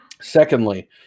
Secondly